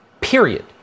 period